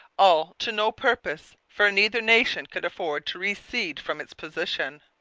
all to no purpose for neither nation could afford to recede from its position.